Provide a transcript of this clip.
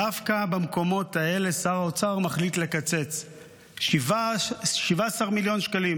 דווקא במקומות האלה שר האוצר מחליט לקצץ 17 מיליון שקלים.